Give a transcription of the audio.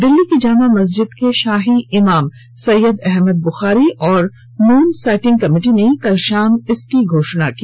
दिल्ली की जामा मस्जिद के शाही इमाम सैय्यद अहमद बुखारी और मून साइटिंग कमेटी ने कल शाम इसकी घोषणा की